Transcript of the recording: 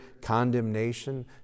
condemnation